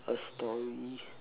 a story